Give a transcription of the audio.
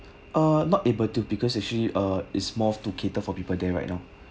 uh not able to because actually uh it's more to cater for people there right now